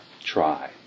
try